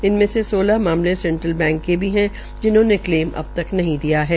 इनमें से सोलह मामले सेंट्रल बैंक भी है जिन्होंने क्लेम नहीं दिया है